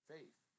Faith